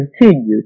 continue